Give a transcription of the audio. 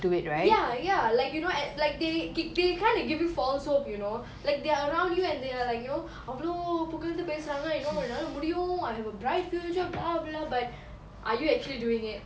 ya ya like you know like they they kind of give you false hope you know like they're around you and they are like you know அவளோ புகழ்ந்து பேசுராங்கனா:avalo pukalthu pesurangana you know என்னால முடியு:ennala mudiyu I have a bright future blah blah but are you actually doing it